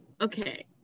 okay